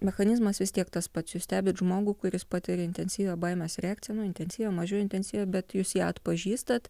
mechanizmas vis tiek tas pats jūs stebit žmogų kuris patiria intensyvią baimės reakciją nu intensyvią mažiau intensyvią bet jūs ją atpažįstat